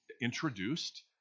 introduced